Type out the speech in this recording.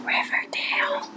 Riverdale